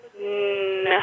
No